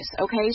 Okay